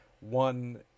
One